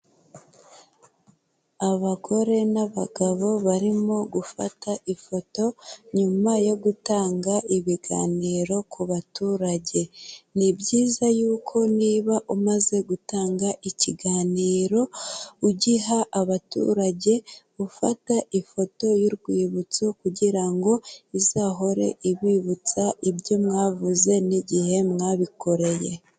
Abagore n'abagabo barimo gufata ifoto nyuma yo gutanga ibiganiro ku baturage. Nibyiza yuko niba umaze gutanga ikiganiro ugiha abaturage, ufata ifoto y'urwibutso kugirango izahore ibibutsa ibyo mwavuze n'igihe mwabikoreye.